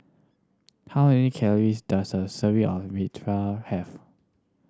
how many calories does a serving of Raita have